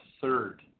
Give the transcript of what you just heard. third